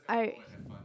I